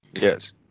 Yes